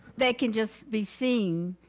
they can just be seen